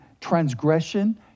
transgression